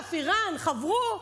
אש"ף ואיראן חברו?